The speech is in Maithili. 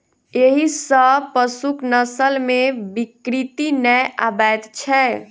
एहि सॅ पशुक नस्ल मे विकृति नै आबैत छै